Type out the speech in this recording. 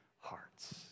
hearts